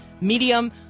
medium